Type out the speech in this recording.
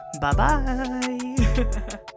Bye-bye